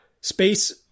space